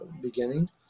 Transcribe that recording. beginning